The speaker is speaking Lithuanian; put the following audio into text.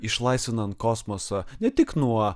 išlaisvinant kosmosą ne tik nuo